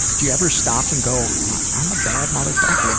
do you ever stop and go i'm a bad motherfucker?